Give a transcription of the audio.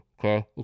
okay